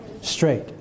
Straight